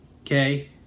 Okay